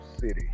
City